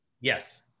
Yes